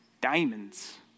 Diamonds